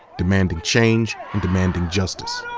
demanding change and demanding justice.